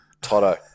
Toto